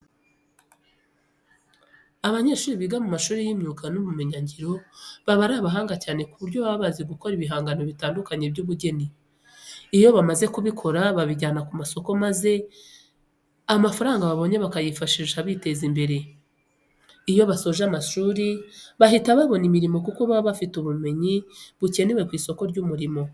Abanyeshuri biga mu mashuri y'imyuga n'ubumenyingiro baba ari abahanga cyane ku buryo baba bazi gukora ibihangano bitandukanye by'ubugeni. Iyo bamaze kubikora babijyana ku masoko maza amafaranga babonye bakayifashisha biteza imbere. Iyo basoje amashuri bahita babona imirimo kuko baba bafite ubumenyi bukenewe ku isoko ry'umurimo.